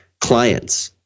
clients